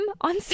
on